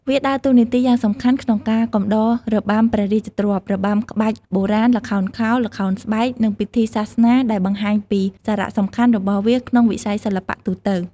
វាដើរតួនាទីយ៉ាងសំខាន់ក្នុងការកំដររបាំព្រះរាជទ្រព្យ របាំក្បាច់បុរាណ ល្ខោនខោល ល្ខោនស្បែក និងពិធីសាសនានាដែលបង្ហាញពីសារៈសំខាន់របស់វាក្នុងវិស័យសិល្បៈទូទៅ។